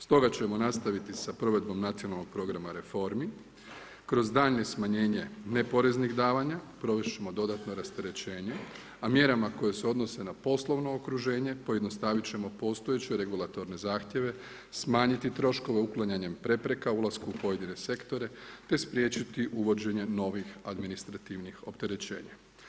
Stoga ćemo nastaviti sa provedbom Nacionalnog programa reformi kroz daljnje smanjenje neporeznih davanja provest ćemo dodatno rasterećenje, a mjerama koje se odnose na poslovno okruženje pojednostavit ćemo postojeće regulatorne zahtjeve, smanjiti troškove uklanjanjem prepreka ulaskom u pojedine sektore, te spriječiti uvođenje novih administrativnih opterećenja.